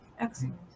Excellent